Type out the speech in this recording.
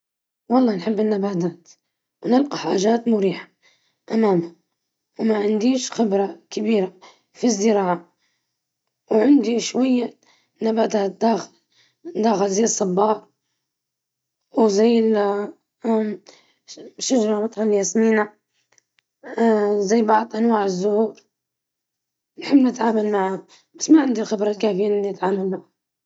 لست جيدًا جدًا في زراعة الحدائق، ولكن لدي بعض النباتات الصغيرة في المنزل، أحب العناية بها وتشجيع نموها.